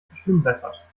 verschlimmbessert